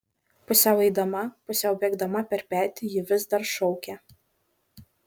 pusiau eidama pusiau bėgdama per petį ji vis dar šaukė